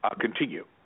continue